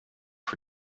for